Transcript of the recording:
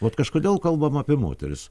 vat kažkodėl kalbam apie moteris